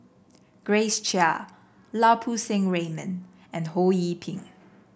Grace Chia Lau Poo Seng Raymond and Ho Yee Ping